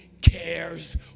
cares